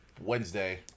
Wednesday